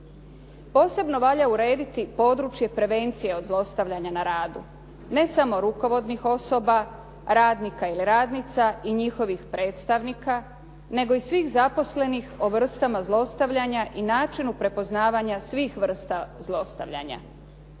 Posebno valja urediti područje prevencije od zlostavljanja na radu ne samo rukovodnih osoba, radnika ili radnica i njihovih predstavnika, nego i svih zaposlenih o vrstama zlostavljanja i načinu prepoznavanja svih vrsta zlostavljanja,